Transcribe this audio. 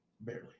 Barely